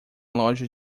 loja